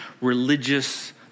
religious